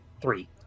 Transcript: Three